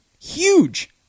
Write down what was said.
Huge